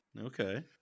Okay